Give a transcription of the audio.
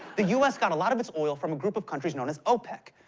the us got a lot of its oil from a group of countries known as opec,